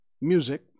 music